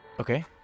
Okay